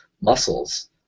muscles